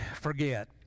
forget